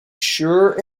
sure